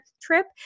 trip